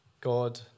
God